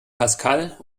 pascal